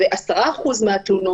ו-10% מהתלונות,